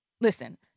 listen